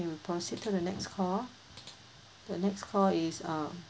we'll proceed to the next call the next call is um